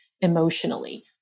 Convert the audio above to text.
emotionally